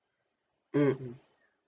mm